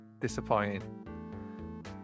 Disappointing